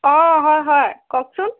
অ হয় হয় কওকচোন